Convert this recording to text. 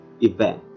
event